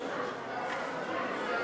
שלוש דקות, אדוני,